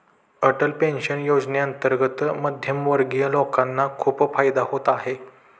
Atal pension योजनेअंतर्गत मध्यमवर्गीय लोकांना खूप फायदा होत आहे